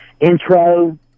intro